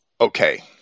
Okay